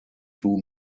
two